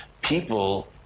people